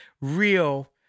real